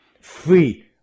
free